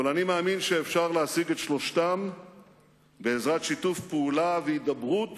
אבל אני מאמין שאפשר להשיג את שלושתם בעזרת שיתוף פעולה והידברות